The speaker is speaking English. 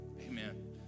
Amen